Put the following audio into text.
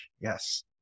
yes